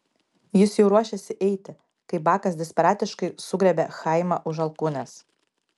jis jau ruošėsi eiti kai bakas desperatiškai sugriebė chaimą už alkūnės